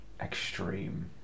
extreme